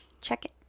check-it